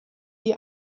die